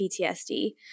PTSD